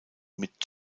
mit